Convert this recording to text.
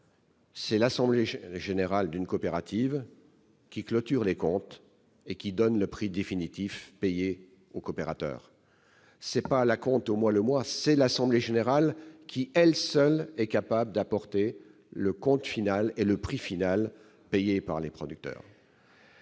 c'est l'assemblée générale d'une coopérative qui clôture les comptes et donne le prix définitif payé aux coopérateurs. Ce n'est pas un acompte au mois le mois ; c'est l'assemblée générale qui, elle seule, est capable d'établir le compte final et le prix final payé aux producteurs-